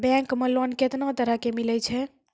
Bank मे loan कैतना तरह के मिलै छै?